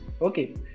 okay